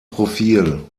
profil